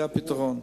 זה הפתרון.